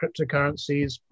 cryptocurrencies